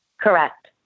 Correct